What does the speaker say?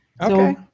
Okay